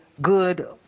good